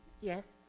Yes